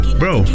bro